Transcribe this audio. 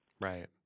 Right